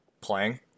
playing